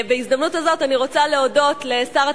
בהזדמנות הזאת אני רוצה להודות לשר התחבורה.